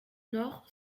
nord